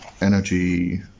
energy